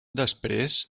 després